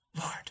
Lord